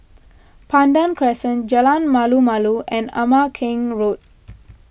Pandan Crescent Jalan Malu Malu and Ama Keng Road